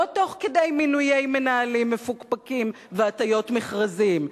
לא תוך כדי מינויי מנהלים מפוקפקים והטיות מכרזים,